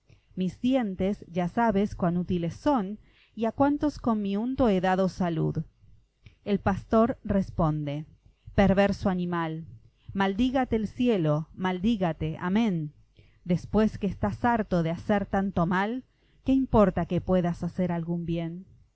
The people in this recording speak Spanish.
mis dientes ya sabes cuan útiles son y a cuántos con mi unto he dado salud el pastor responde perverso animal maldígate el cielo maldígate amén después que estás harto de hacer tanto mal qué importa que puedas hacer algún bien